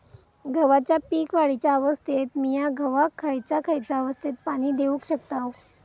गव्हाच्या पीक वाढीच्या अवस्थेत मिया गव्हाक खैयचा खैयचा अवस्थेत पाणी देउक शकताव?